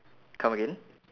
come again